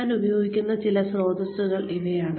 ഞാൻ ഉപയോഗിക്കുന്ന ചില സ്രോതസ്സുകൾ ഇവയാണ്